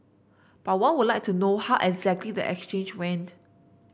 but one would like to know how exactly the exchange went